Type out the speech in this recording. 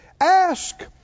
Ask